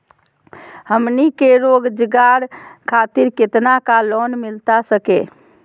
हमनी के रोगजागर खातिर कितना का लोन मिलता सके?